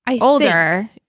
Older